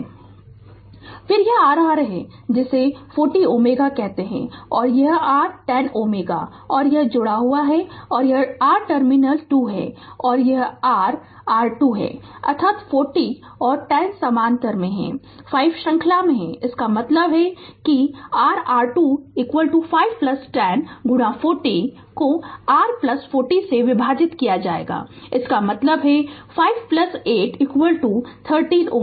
Refer Slide Time 0841 फिर यह r r है जिसे 40 Ω कहते हैं और यह r 10 Ω है और यह जुड़ा हुआ है और यह r टर्मिनल २ है और यह r R2 है अर्थात् 40 और 10 समानांतर में हैं कि 5 श्रृंखला में है इसका मतलब है कि r R2 5 10 गुणा 40 को r 10 40 से विभाजित किया जाएगा इसका मतलब है 58 13 Ω